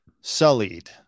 sullied